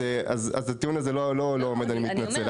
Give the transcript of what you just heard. אז הטיעון הזה לא עומד, אני מתנצל.